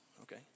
Okay